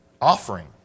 offering